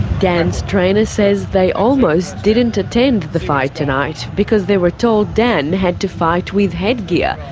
dan's trainer says they almost didn't attend the fight tonight because they were told dan had to fight with headgear,